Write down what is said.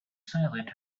silent